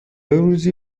روزی